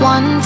One